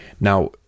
Now